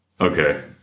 Okay